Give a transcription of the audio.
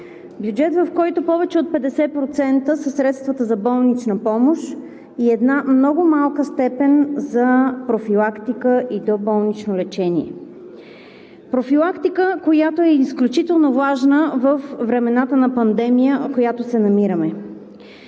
Бюджет, в който повече от 50% са средствата за болнична помощ и една много малка степен за профилактика и доболнично лечение – профилактика, която е изключително важна във времената на пандемия, в която се намираме;